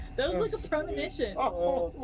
that was like a premonition. oh